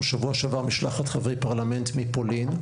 בשבוע שעבר משלחת חברי פרלמנט מפולין.